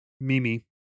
Mimi